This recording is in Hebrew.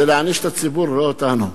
זה להעניש את הציבור, לא אותנו.